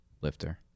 lifter